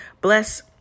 Bless